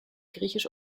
griechisch